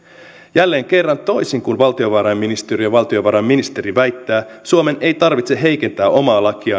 jälleen kerran toisin kuin valtiovarainministeriö ja valtiovarainministeri väittävät suomen ei tarvitse heikentää omaa lakiaan